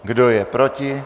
Kdo je proti?